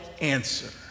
answer